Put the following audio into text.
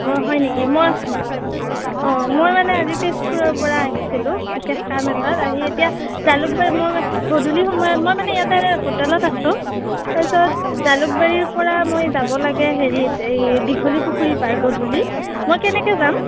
অঁ হয় নেকি মই অঁ মই মানে আজি তেজপুৰৰ পৰা আহিছিলোঁ বিশেষ কাম এটাত আহি এতিয়া জালুকবাৰীত মই গধূলি সময়ত মই মানে ইয়াতে হোটেলত আছোঁ তাৰপিছত জালুকবাৰীৰ পৰা মই যাব লাগে হেৰিত এই দীঘলীপুখুৰীৰ পাৰ গধুলি মই কেনেকৈ যাম